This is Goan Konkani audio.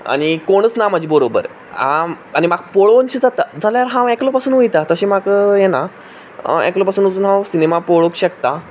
आनी कोणूच ना म्हाजे बरोबर आं आनी म्हाक पळोवनशें जाता जाल्यार हांव एकलो पसून वयता तशें म्हाका हें ना एकलो पसून वचून हांव सिनेमा पळोवंक शकतां